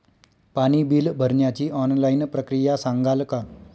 पाणी बिल भरण्याची ऑनलाईन प्रक्रिया सांगाल का?